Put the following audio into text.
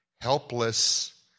helpless